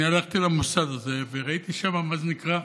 אני הלכתי למוסד הזה וראיתי שם, מה שנקרא,